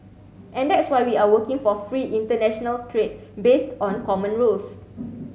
and that's why we are working for free international trade based on common rules